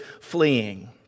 fleeing